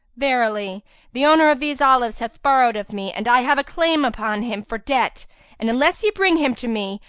verily the owner of these olives hath borrowed of me and i have a claim upon him for debt and, unless ye bring him to me,